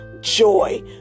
joy